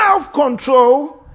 self-control